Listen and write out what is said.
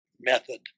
method